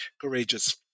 courageous